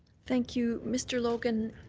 thank you. mr. logan,